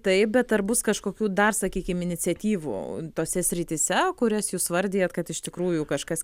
taip bet ar bus kažkokių dar sakykim iniciatyvų tose srityse kurias jūs vardijat kad iš tikrųjų kažkas